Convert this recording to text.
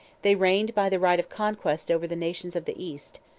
they reigned by the right of conquest over the nations of the east,